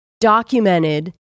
documented